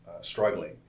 struggling